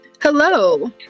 hello